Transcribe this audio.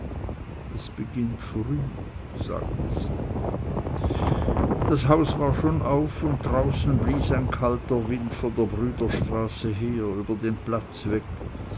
es beginnt früh sagte sie das haus war schon auf und draußen blies ein kalter wind von der brüderstraße her über den platz weg